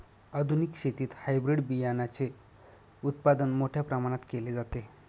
आधुनिक शेतीत हायब्रिड बियाणाचे उत्पादन मोठ्या प्रमाणात केले जाते